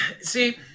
see